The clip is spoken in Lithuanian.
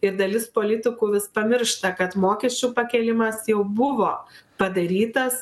ir dalis politikų vis pamiršta kad mokesčių pakėlimas jau buvo padarytas